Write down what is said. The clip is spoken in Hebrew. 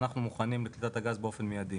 אנחנו מוכנים לקליטת הגז באופן מיידי,